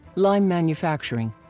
lime manufacturing,